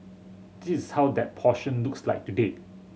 this is how that portion looks like today